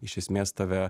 iš esmės tave